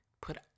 put